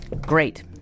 great